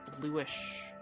bluish